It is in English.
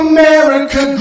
America